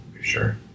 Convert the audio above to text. Sure